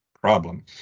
problem